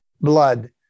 blood